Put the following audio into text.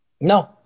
No